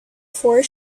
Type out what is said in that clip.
four